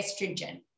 estrogen